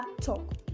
Talk